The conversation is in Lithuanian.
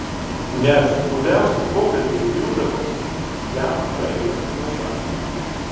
net guviausi pokalbiai tildavo jam praeinant pro šalį